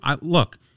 Look